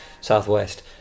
southwest